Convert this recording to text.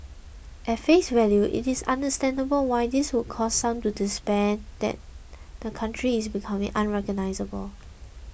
at face value it is understandable why this would cause some to despair that the country is becoming unrecognisable